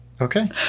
okay